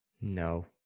no